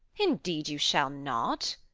indeed you shall not.